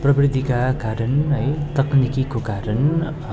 प्रविधिका कारण है तक्निकीको कारण